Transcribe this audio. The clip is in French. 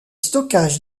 stockage